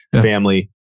family